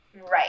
Right